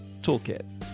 toolkit